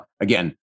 again